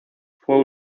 fue